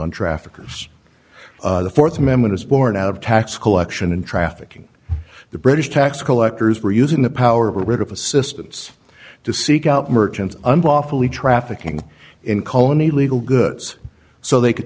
on traffickers the th amendment is born out of tax collection and trafficking the british tax collectors were using the power rid of assistance to seek out merchants unlawfully trafficking in colonie legal goods so they could